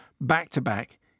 back-to-back